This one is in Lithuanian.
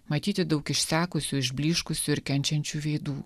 matyti daug išsekusių išblyškusių ir kenčiančių veidų